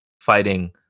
fighting